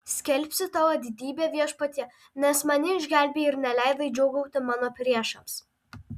skelbsiu tavo didybę viešpatie nes mane išgelbėjai ir neleidai džiūgauti mano priešams